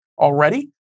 already